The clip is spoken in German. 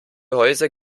häuser